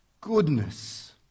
goodness